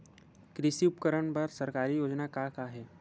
कृषि उपकरण बर सरकारी योजना का का हे?